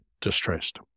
distressed